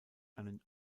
einen